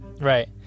Right